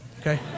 okay